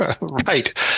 Right